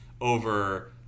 over